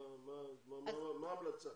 מה ההמלצה?